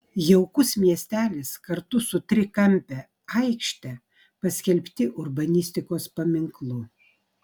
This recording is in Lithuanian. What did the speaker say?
jaukus miestelis kartu su trikampe aikšte paskelbti urbanistikos paminklu